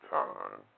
time